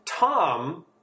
Tom